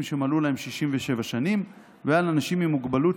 שמלאו להם 67 שנים ועל אנשים עם מוגבלות,